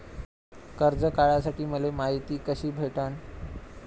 कर्ज काढासाठी मले मायती कशी भेटन?